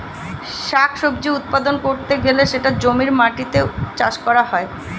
শাক সবজি উৎপাদন করতে গেলে সেটা জমির মাটিতে চাষ করা হয়